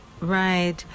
Right